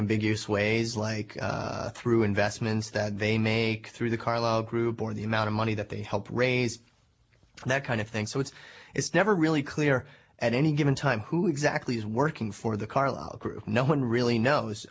ambiguous ways like through investments that they make through the carlyle group or the amount of money that they helped raise for that kind of thing so it's it's never really clear at any given time who exactly is working for the carlyle group no one really